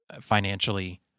financially